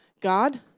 God